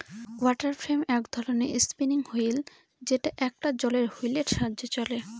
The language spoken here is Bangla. ওয়াটার ফ্রেম এক ধরনের স্পিনিং হুইল যেটা একটা জলের হুইলের সাহায্যে চলে